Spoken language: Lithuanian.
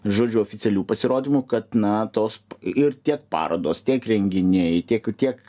žodžiu oficialių pasirodymų kad na tos ir tiek parodos tiek renginiai tiek tiek